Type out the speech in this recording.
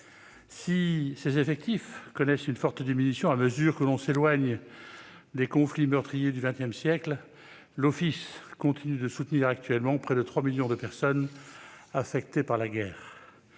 Si ses effectifs connaissent une forte diminution à mesure que l'on s'éloigne des conflits meurtriers du XX siècle, l'Office continue de soutenir actuellement près de 3 millions de personnes affectées par la guerre.